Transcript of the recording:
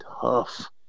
tough